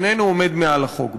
איננו עומד מעל החוק.